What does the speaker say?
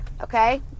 okay